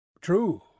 True